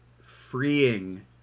freeing